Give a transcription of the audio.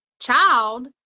child